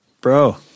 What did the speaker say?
Bro